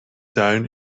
tuin